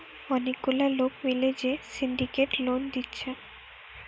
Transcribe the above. অনেক গুলা লোক মিলে যে সিন্ডিকেট লোন দিচ্ছে